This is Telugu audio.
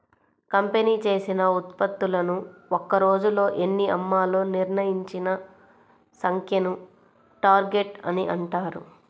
కంపెనీ చేసిన ఉత్పత్తులను ఒక్క రోజులో ఎన్ని అమ్మాలో నిర్ణయించిన సంఖ్యను టార్గెట్ అని అంటారు